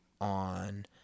on